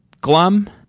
glum